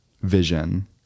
vision